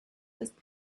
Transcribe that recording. ist